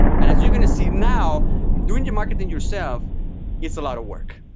and as you're going to see now doing your marketing yourself is a lot of work.